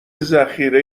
ذخیره